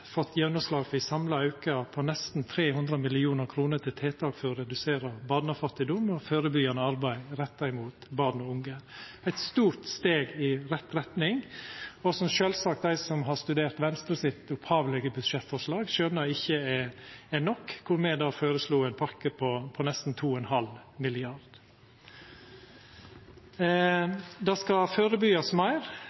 fått gjennomslag for ein samla auke på nesten 300 mill. kr til tiltak for å redusera barnefattigdom og førebyggjande arbeid retta mot barn og unge. Det er eit stort steg i rett retning, og som sjølvsagt dei som har studert Venstre sitt opphavlege budsjettforslag, skjøna ikkje er nok – me føreslo ein pakke på nesten 2,5 mrd. kr. Det